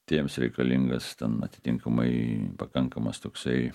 tiems reikalingas ten atitinkamai pakankamas toksai